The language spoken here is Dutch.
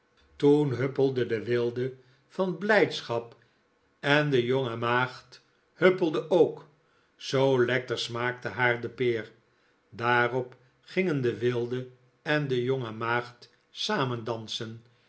toen huppelde de wilde van blijdschap en de jonge maagd huppelde nikola as nickleby ook zoo lekker smaakte haar de peer daarop gingen de wilde en de jonge maagd samen dansen